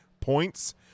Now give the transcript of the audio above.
points